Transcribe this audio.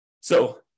So-